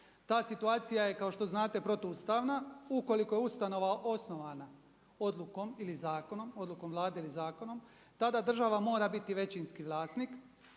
Ta situacija je kao što znate protuustavna. Ukoliko je ustanova osnovana odlukom ili zakonom, odlukom Vlade ili zakonom tada država mora biti većinski vlasnik